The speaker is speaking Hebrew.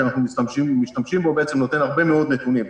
שאנחנו משתמשים בו והוא נותן הרבה מאוד נתונים.